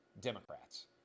Democrats